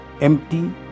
empty